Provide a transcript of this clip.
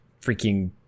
freaking